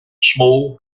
small